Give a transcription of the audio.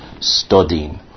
studying